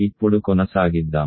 ఇప్పుడు కొనసాగిద్దాం